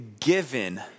given